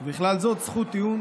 ובכלל זה זכות טיעון